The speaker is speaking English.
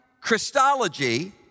Christology